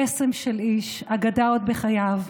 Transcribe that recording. קסם של איש, אגדה עוד בחייו.